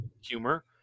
humor